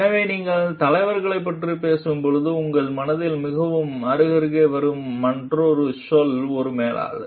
எனவே நீங்கள் தலைவர்களைப் பற்றி பேசும்போது உங்கள் மனதில் மிக அருகருகே வரும் மற்றொரு சொல் ஒரு மேலாளர்